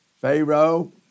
Pharaoh